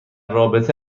رابطه